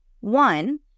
One